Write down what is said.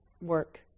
work